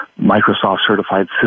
Microsoft-certified